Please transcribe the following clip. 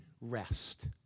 rest